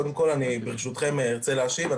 קודם כל ברשותכם ארצה להשיב.